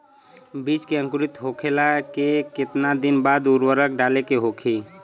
बिज के अंकुरित होखेला के कितना दिन बाद उर्वरक डाले के होखि?